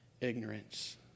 ignorance